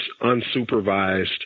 unsupervised